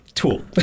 Tool